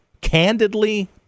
candidly